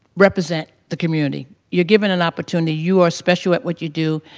represent the community. you're given an opportunity. you are special at what you do.